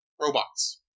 robots